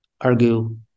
argue